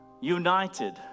united